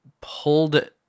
pulled